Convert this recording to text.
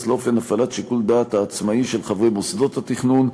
לאופן הפעלת שיקול הדעת העצמאי של חברי מוסדות התכנון,